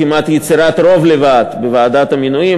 כמעט יצירת רוב לוועד בוועדת המינויים,